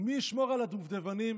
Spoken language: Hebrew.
ומי ישמור על הדובדבנים